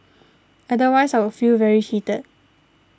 otherwise I would feel very cheated